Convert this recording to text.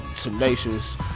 tenacious